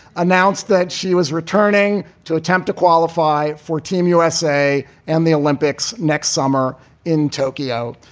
announced that she was returning to attempt to qualify for team usa and the olympics next summer in tokyo.